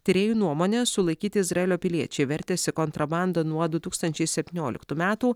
tyrėjų nuomone sulaikyti izraelio piliečiai vertėsi kontrabanda nuo du tūkstančiai septynioliktų metų